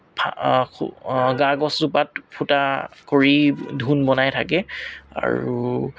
গা গছজোপাত ফুটা কৰি ধোন্দ বনাই থাকে আৰু